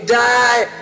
die